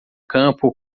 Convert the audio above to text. campo